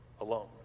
alone